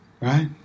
Right